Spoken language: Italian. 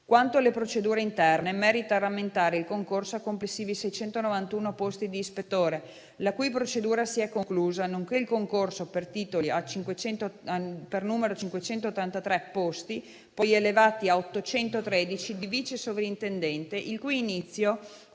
Quanto alle procedure interne, merita rammentare il concorso per complessivi 691 posti di ispettore, la cui procedura si è conclusa, nonché il concorso per titoli a 583 posti, poi elevati a 813, di vice sovrintendente, l'inizio